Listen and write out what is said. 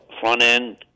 front-end